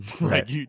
Right